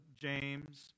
James